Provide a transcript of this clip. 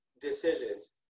decisions